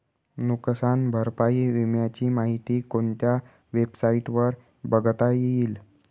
नुकसान भरपाई विम्याची माहिती कोणत्या वेबसाईटवर बघता येईल?